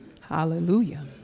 Hallelujah